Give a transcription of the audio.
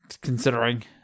Considering